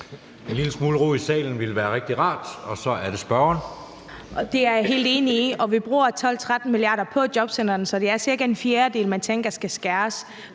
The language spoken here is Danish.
En lille smule ro i salen ville være rigtig rart. Så er det spørgeren. Kl. 01:25 Sólbjørg Jakobsen (LA): Det er jeg helt enig i, og vi bruger jo 12-13 mia. kr. på jobcentrene, så det er cirka en fjerdedel, man tænker der skal skæres